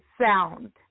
sound